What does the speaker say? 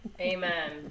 Amen